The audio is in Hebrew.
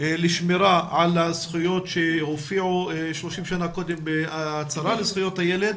לשמירה על הזכויות שהופיעו 30 שנים קודם בהצהרה לזכויות הילד